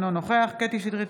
אינו נוכח קטי קטרין שטרית,